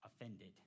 offended